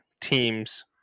teams